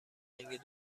جنگ